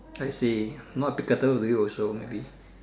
I see more applicable to you also maybe